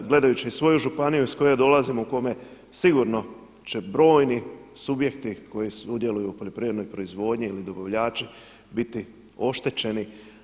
Gledajući svoju županiju iz koje ja dolazim u kome sigurno će brojni subjekti koji sudjeluju u poljoprivrednoj proizvodnji ili dobavljači biti oštećeni.